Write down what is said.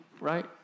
right